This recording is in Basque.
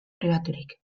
pribaturik